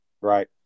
Right